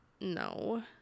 no